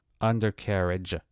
undercarriage